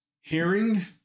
hearing